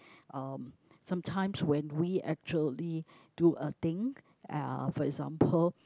um sometimes when we actually do a thing uh for example